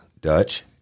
Dutch